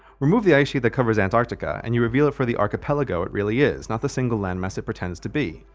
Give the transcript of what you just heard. remove the ice sheet that covers antarctica and you reveal it for the archipelago it really is not the single land mass it pretends to be.